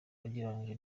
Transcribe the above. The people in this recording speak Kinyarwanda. ugereranyije